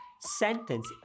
sentence